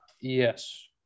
Yes